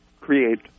create